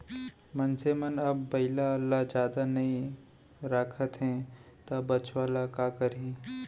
मनसे मन अब बइला ल जादा नइ राखत हें त बछवा ल का करहीं